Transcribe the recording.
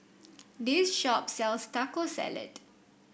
this shop sells Taco Salad